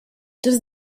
does